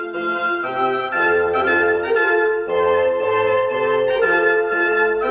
i